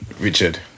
Richard